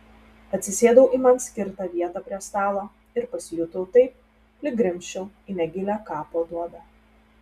atsisėdau į man skirtą vietą prie stalo ir pasijutau taip lyg grimzčiau į negilią kapo duobę